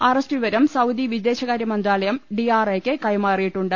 arrest വിവരം Saudi വിദേശകാരൃമന്ത്രാലയം D R ഐയ്ക്ക് കൈമാറിയിട്ടുണ്ട്